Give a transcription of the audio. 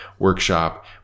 workshop